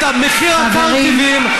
את מחיר הקרטיבים,